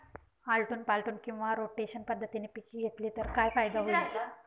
आलटून पालटून किंवा रोटेशन पद्धतीने पिके घेतली तर काय फायदा होईल?